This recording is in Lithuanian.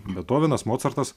betovenas mocartas